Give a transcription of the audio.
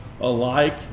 alike